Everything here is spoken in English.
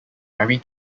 mary